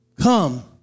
come